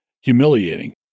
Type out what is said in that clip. humiliating